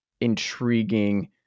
intriguing